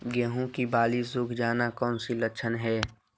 गेंहू की बाली सुख जाना कौन सी लक्षण है?